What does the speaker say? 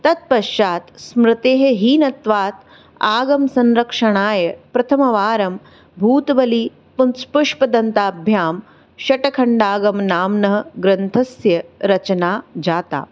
तत्पश्चात् स्मृतेः हीनत्वात् आगमसंरक्षणाय प्रथमवारं भूतबली पुंष् पुष्पदन्ताभ्यां षट्खण्डागमनाम्नः ग्रन्थस्य रचना जाता